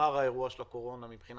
נגמר האירוע של הקורונה מבחינה